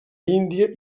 índia